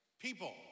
people